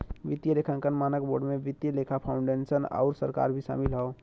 वित्तीय लेखांकन मानक बोर्ड में वित्तीय लेखा फाउंडेशन आउर सरकार भी शामिल हौ